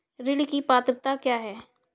ऋण की पात्रता क्या है?